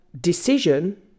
decision